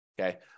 okay